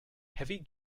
heavy